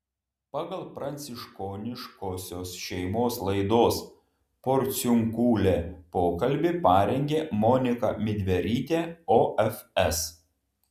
pagal pranciškoniškosios šeimos laidos porciunkulė pokalbį parengė monika midverytė ofs